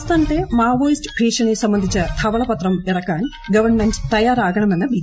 സംസ്ഥാനത്തെ മാവോയിസ്റ്റ് ഭീഷണി സംബന്ധിച്ച് ധവളപത്രം ഇറക്കാൻ ഗവൺമെന്റ് തയാറാകണമെന്ന് ബി